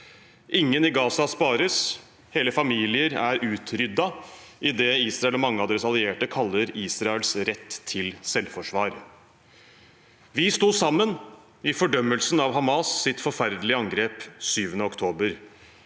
Ingen i Gaza spares. Hele familier er utryddet i det Israel og mange av deres allierte kaller Israels rett til selvforsvar. Vi sto sammen i fordømmelsen av Hamas’ forferdelige angrep 7. oktober.